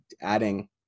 adding